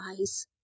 eyes